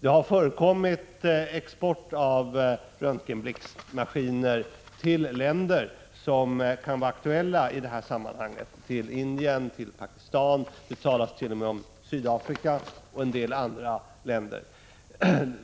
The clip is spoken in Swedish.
Det har förekommit export av röntgenblixtmaskiner till länder som kan vara aktuella i sådana sammanhang: Indien och Pakistan, och det talast.o.m. om Sydafrika och en del andra länder